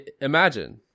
imagine